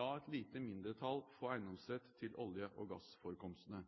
latt et lite mindretall få eiendomsrett til olje- og gassforekomstene.